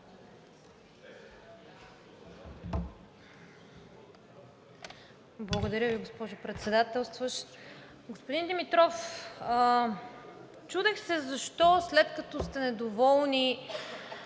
Благодаря Ви, госпожо Председателстващ. Господин Димитров, чудех се защо, след като сте недоволни